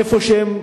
איפה שהם,